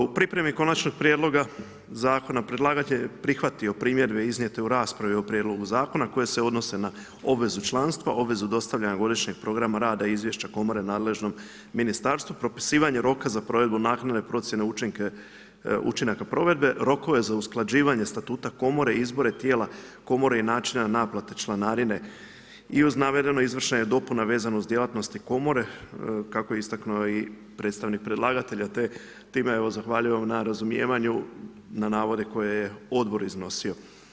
U pripremi Konačnog prijedloga Zakona predlagatelj je prihvatio primjedbe iznijete u raspravi o Prijedlogu Zakona koje se odnose na obvezu članstva, obvezu dostavljanja godišnjeg programa rada i izvješća Komore nadležnom Ministarstvu, propisivanje roka za provedbu naknadne procjene učinaka provedbe, rokove za usklađivanje statuta Komore, izbore tijela Komore i načina naplate članarine i uz navedene izvršene dopune vezano uz djelatnosti Komore, kako je istaknuo i predstavnik predlagatelja, time evo zahvaljujem na razumijevanju na navode koje je Odbor iznosio.